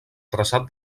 traçat